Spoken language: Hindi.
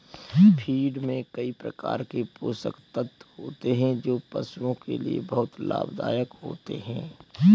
फ़ीड में कई प्रकार के पोषक तत्व होते हैं जो पशुओं के लिए बहुत लाभदायक होते हैं